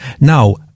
Now